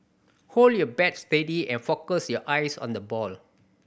hold your bat steady and focus your eyes on the ball